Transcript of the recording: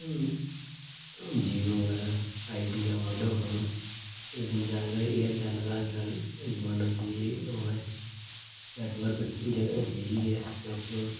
जियो ऐ तां Idea Vodafone लेकिन जैदातर एयरटैल्ल दा अजकल जमाना ठीक ओह् ऐ नैट्टवर्क जेह्का ठीक ऐ म